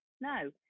no